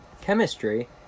Chemistry